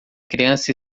criança